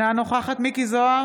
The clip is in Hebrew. אינה נוכחת מכלוף מיקי זוהר,